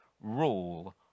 rule